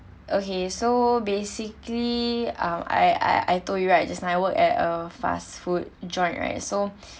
okay so basically uh I I I told you right just now I work at a fast-food joint right so